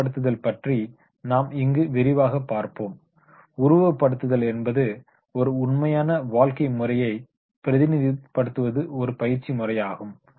உருவகப்படுத்துதல் பற்றி நாம் இங்கு விரிவாக பார்ப்போம் உருவகப்படுத்துதல் என்பது ஒரு உண்மையான வாழ்க்கை முறையை பிரதிநிதித்துவப்படுத்தும் ஒரு பயிற்சி முறையாகும்